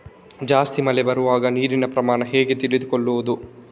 ಜಾಸ್ತಿ ಮಳೆ ಬರುವಾಗ ನೀರಿನ ಪ್ರಮಾಣ ಹೇಗೆ ತಿಳಿದುಕೊಳ್ಳುವುದು?